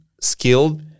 skilled